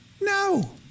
no